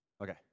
Okay